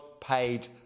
paid